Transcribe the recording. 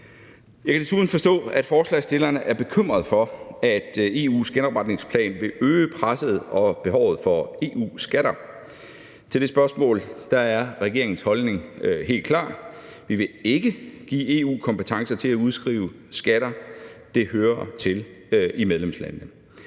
Jeg kan desuden forstå, at forslagsstillerne er bekymrede for, at EU's genopretningsplan vil øge presset på og behovet for EU-skatter. Til det spørgsmål er regeringens holdning helt klar: Vi vil ikke give EU kompetencer til at udskrive skatter. Det hører til i medlemslandene.